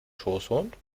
schoßhund